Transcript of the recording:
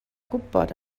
gwybod